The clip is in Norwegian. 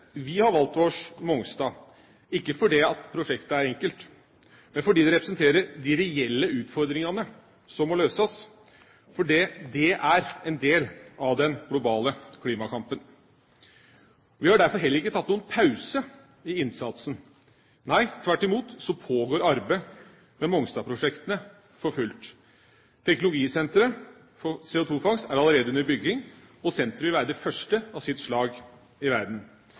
Vi har valgt oss Mongstad – ikke fordi prosjektet er enkelt, men fordi det representerer de reelle utfordringene som må løses, for det er en del av den globale klimakampen. Vi har derfor heller ikke tatt noen pause i innsatsen. Nei, tvert imot pågår arbeidet med Mongstad-prosjektene for fullt. Teknologisenteret for CO2-fangst er allerede under bygging, og senteret vil være det første i sitt slag i verden.